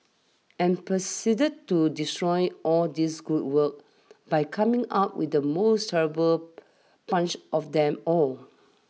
and proceeded to destroy all this good work by coming up with the most terrible punch of them all